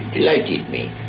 delighted me.